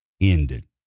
ended